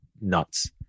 nuts